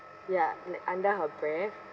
ya like under her breath